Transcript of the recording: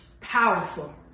powerful